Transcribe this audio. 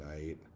night